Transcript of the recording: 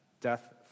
death